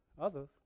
others